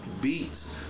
beats